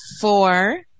Four